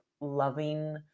loving